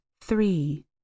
Three